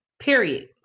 Period